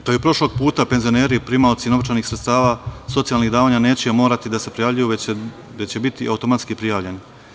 Kao i prošlog puta penzioneri, primaoci novčanih sredstava socijalnih davanja neće morati da se prijavljuju, već će biti automatski prijavljeni.